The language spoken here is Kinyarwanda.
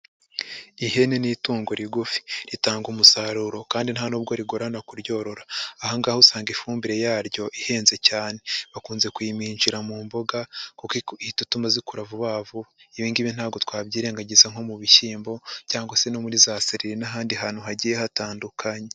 Ihene ni itungo rigufi ritanga umusaruro kandi nta nubwo rigorana kuryorora, aha ngaha usanga ifumbire yaryo ihenze cyane, bakunze kuyiminjira mu mboga kuko ihita ituma zikura vuba vuba, ibi ngibi ntabwo twabyirengagiza nko mu bishyimbo cyangwa se no muri za sereri n'ahandi hantu hagiye hatandukanye.